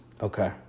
Okay